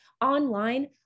online